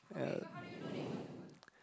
yeah